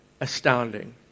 astounding